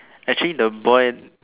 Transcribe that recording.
actually the boy